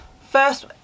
first